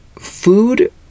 Food